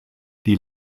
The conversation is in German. die